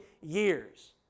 years